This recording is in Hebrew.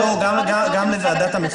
אנחנו כוועדה נוכל